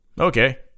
Okay